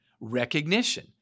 recognition